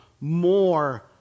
more